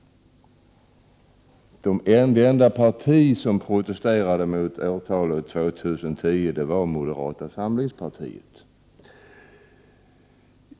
Det enda parti som protesterade mot årtalet 2010 var moderata samlingspartiet.